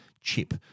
chip